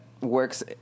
works